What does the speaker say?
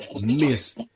miss